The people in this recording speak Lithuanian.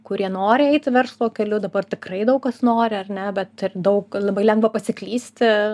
kurie nori eiti verslo keliu dabar tikrai daug kas nori ar ne bet ir daug labai lengva pasiklysti